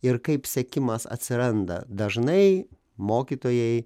ir kaip sekimas atsiranda dažnai mokytojai